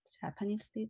Japanese